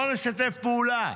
לא נשתף פעולה,